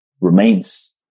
remains